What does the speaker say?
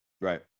Right